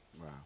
Wow